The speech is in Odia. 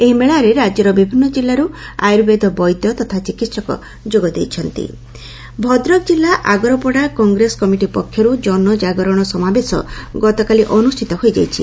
ଏହି ମେଳାରେ ରାଜ୍ୟର ବିଭିନ୍ନ କିଲ୍ଲାରୁ ଆର୍ୟୁବେଦ ବୈଦ୍ୟ ତଥା ଚିକିହକ ଯୋଗ ଦେଇଛନ୍ତି ଜନଜାଗରଣ ସମାବେଶ ଭଦ୍ରକ ଜିଲ୍ଲା ଆଗରପଡ଼ାଠାରେ କଂଗ୍ରେସ କମିଟି ପକ୍ଷରୁ ଜନଜାଗରଣ ସମାବେଶ ଗତକାଲି ଅନୁଷିତ ହୋଇଯାଇଛି